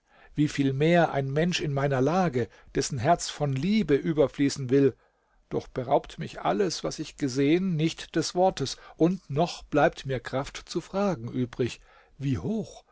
werden wieviel mehr ein mensch in meiner lage dessen herz von liebe überfließen will doch beraubt mich alles was ich gesehen nicht des wortes und noch bleibt mir kraft zu fragen übrig wie hoch